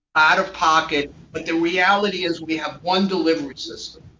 out of pocket. but the reality is, we have one delivery system.